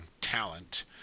talent